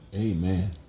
Amen